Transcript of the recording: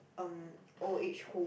um old age home